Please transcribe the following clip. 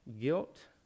Guilt